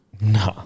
No